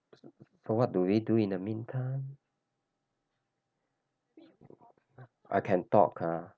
so what do we do in the meantime I can talk ah